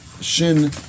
Shin